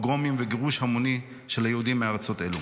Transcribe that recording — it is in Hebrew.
פוגרומים וגירוש המוני של היהודים מארצות אלו.